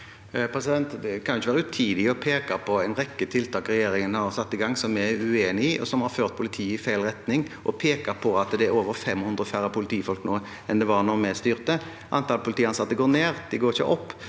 Det kan ikke være utidig å peke på en rekke tiltak regjeringen har satt i gang, som vi er uenig i, og som har ført politiet i feil retning – å peke på at det er over 500 færre politifolk nå enn det var da vi styrte. Antallet politiansatte går ned, det går ikke opp.